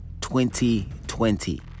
2020